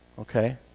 Okay